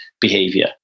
behavior